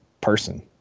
person